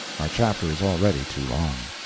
our chapter is already too long.